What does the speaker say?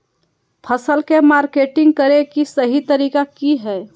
फसल के मार्केटिंग करें कि सही तरीका की हय?